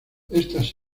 estas